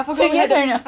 so yes or no